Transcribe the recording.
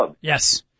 Yes